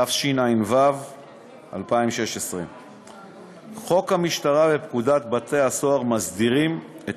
התשע"ו 2016. חוק המשטרה ופקודת בתי-הסוהר מסדירים את